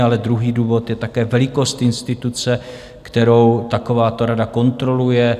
Ale druhý důvod je také velikost instituce, kterou takováto rada kontroluje.